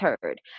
heard